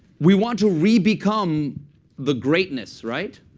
we want to re-become the greatness, right?